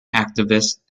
activists